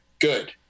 Good